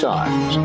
Times